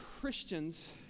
Christians